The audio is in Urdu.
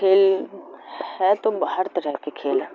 کھیل ہے تو ہر طرح کے کھیل ہے